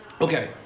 okay